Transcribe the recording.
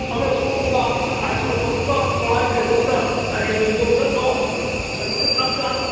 ꯑꯃꯅ ꯍꯨꯠꯂꯒ ꯑꯥꯂꯨ ꯑꯆꯧꯕ ꯑꯃ ꯃꯥꯏ ꯀꯩꯅꯣꯗꯨꯗ ꯌꯣꯝꯖꯜꯂꯣ ꯑꯥꯂꯨꯗꯨ ꯆꯞ ꯆꯥꯅ